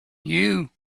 you